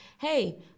Hey